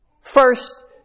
First